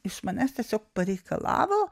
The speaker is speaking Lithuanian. iš manęs tiesiog pareikalavo